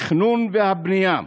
התכנון והבנייה.